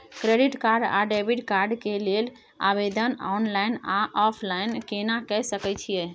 Credit card आ debit card के लेल आवेदन ऑनलाइन आ ऑफलाइन केना के सकय छियै?